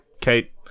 Kate